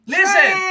Listen